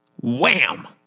wham